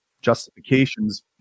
justifications